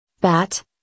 Bat